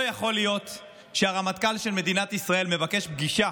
לא יכול להיות שהרמטכ"ל של מדינת ישראל מבקש פגישה